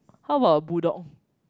how about a bull dog